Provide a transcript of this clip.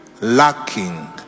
lacking